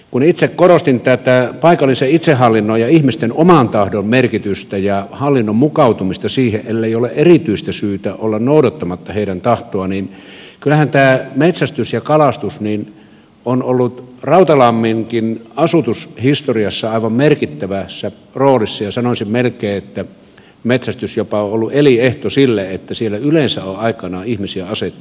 kun itse korostin tätä paikallisen itsehallinnon ja ihmisten oman tahdon merkitystä ja hallinnon mukautumista siihen ellei ole erityistä syytä olla noudattamatta heidän tahtoaan niin kyllähän nämä metsästys ja kalastus ovat olleet rautalamminkin asutushistoriassa aivan merkittävässä roolissa ja sanoisin melkein että metsästys jopa on ollut elinehto sille että siellä yleensä on aikanaan ihmisiä asettunut asumaan